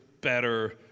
better